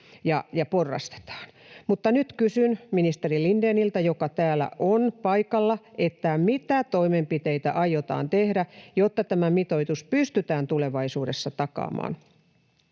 ja porrastetaan, mutta nyt kysyn ministeri Lindéniltä, joka täällä on paikalla: mitä toimenpiteitä aiotaan tehdä, jotta tämä mitoitus pystytään tulevaisuudessa takaamaan?